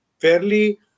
fairly